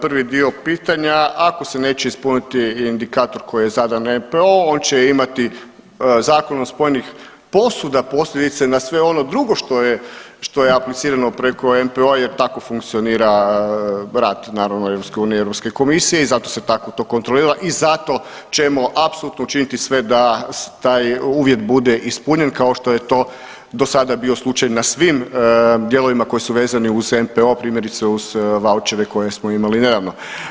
Prvi dio pitanja, ako se neće ispuniti indikator koji je zadan NPO, on će imati zakon ... posvuda posljedice na sve ono drugo što je aplicirano preko NPO-a jer tako funkcionira rad, naravno, EU i EU komisije i zato se to kontrolira i zato ćemo apsolutno učiniti sve da taj uvjet bude ispunjen kao što je to do sada bio slučaj na svim dijelovima koji su vezano uz NPO, primjerice uz vaučere koje smo imali nedavno.